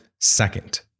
second